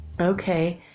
okay